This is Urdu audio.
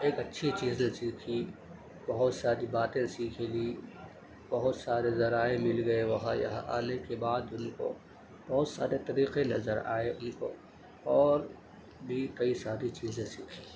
ایک اچھی چیزیں سیکھیں بہت ساری باتیں سیکھیں گی بہت سارے ذرائع مل گئے وہاں یہاں آنے کے بعد ان کو بہت سارے طریقے نظرآئے ان کو اور بھی کئی ساری چیزیں سیکھیں